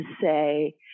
say